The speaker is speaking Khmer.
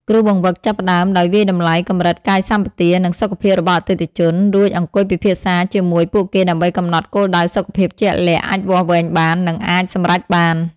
គ្រូបង្វឹកចាប់ផ្ដើមដោយវាយតម្លៃកម្រិតកាយសម្បទា និងសុខភាពរបស់អតិថិជន រួចអង្គុយពិភាក្សាជាមួយពួកគេដើម្បីកំណត់គោលដៅសុខភាពជាក់លាក់ អាចវាស់វែងបាន និងអាចសម្រេចបាន។